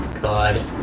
God